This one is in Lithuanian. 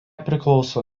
priklauso